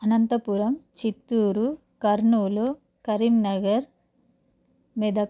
Anantapuram Chittoor Kurnool Karimnagar Medak